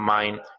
mind